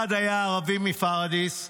אחד היה ערבי מפוריידיס"